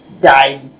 died